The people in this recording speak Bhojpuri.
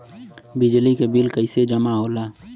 बिजली के बिल कैसे जमा होला?